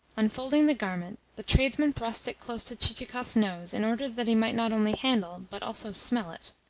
unfolding the garment, the tradesman thrust it close to chichikov's nose in order that he might not only handle, but also smell it.